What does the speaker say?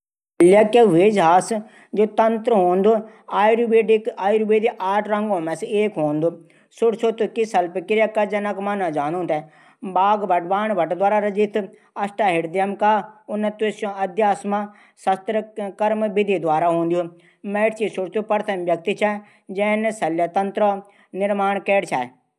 शल्यक या हेजहॉग जू तंत्र हूदू आयुर्वेदिक आठ रंगो मा से ऐक हूदू सुसुप्त की शल्यक्रिया का जनक मने जांदू बाणभट द्वारा रचित अष्टाध्यायी सत्कर्म विधी द्वारा हूंदू महर्षि सुष्त प्रथम व्यक्ति छाई जैन शल्यक क्रिया निर्माण कैरी छाई।